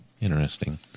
interesting